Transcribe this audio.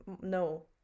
no